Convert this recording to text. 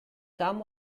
come